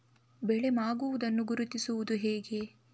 ಬೆಳೆ ಮಾಗುವುದನ್ನು ಗುರುತಿಸುವುದು ಹೇಗೆ?